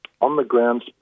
on-the-ground